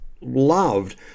loved